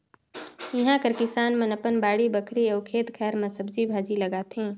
इहां कर किसान मन अपन बाड़ी बखरी अउ खेत खाएर में सब्जी भाजी लगाथें